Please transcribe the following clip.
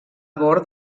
bord